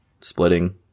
splitting